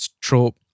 trope